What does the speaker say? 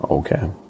Okay